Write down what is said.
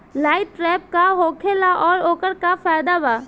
Light trap का होखेला आउर ओकर का फाइदा बा?